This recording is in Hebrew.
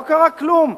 לא קרה כלום.